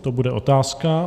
To bude otázka.